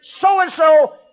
so-and-so